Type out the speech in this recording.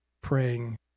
praying